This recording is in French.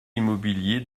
immobiliers